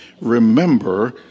remember